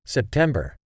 September